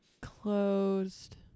closed